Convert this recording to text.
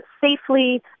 safely